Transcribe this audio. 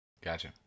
Gotcha